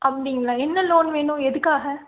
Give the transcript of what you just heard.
அப்படிங்களா என்ன லோன் வேணும் எதுக்காக